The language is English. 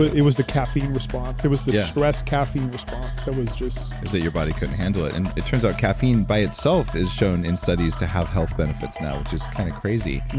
it it was the caffeine response. it was the stress caffeine response that was just. is that your body couldn't handle it. and it turns out caffeine by itself is shown in studies to have health benefits now, which is kind of crazy.